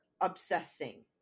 obsessing